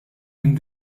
minn